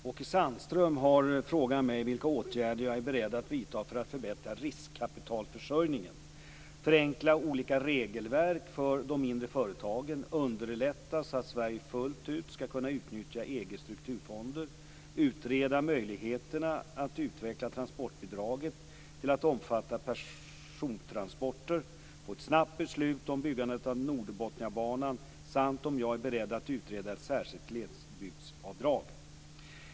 Åke Sandström har frågat mig vilka åtgärder jag är beredd att vidta för att förbättra riskkapitalförsörjningen, förenkla olika regelverk för de mindre företagen, underlätta så att Sverige fullt ut skall kunna utnyttja EG:s strukturfonder, utreda möjligheterna att utveckla transportbidraget till att omfatta persontransporter, få ett snabbt beslut om byggandet av Nordbotniabanan samt om jag är beredd att utreda ett särskilt glesbygdsavdrag.